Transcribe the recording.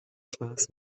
spaß